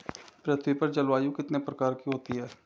पृथ्वी पर जलवायु कितने प्रकार की होती है?